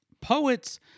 Poets